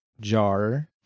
jar